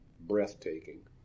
Breathtaking